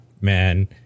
man